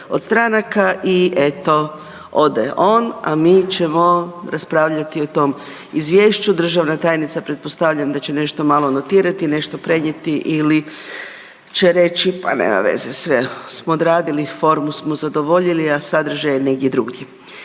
od stranaka i eto, ode on, a mi ćemo raspravljati o tom Izvješću. Državna tajnica, pretpostavljam da će nešto malo notirati, nešto prenijeti ili će reći pa nema veze, sve smo odradili, formu smo zadovoljili, a sadržaj je negdje drugdje.